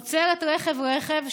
עוצרת רכב-רכב,